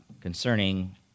concerning